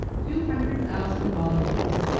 two hundred thousand volumes!